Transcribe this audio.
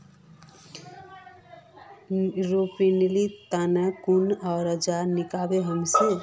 रोपनीर तने कुन औजार किनवा हबे